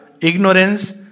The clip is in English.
ignorance